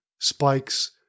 spikes